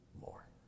more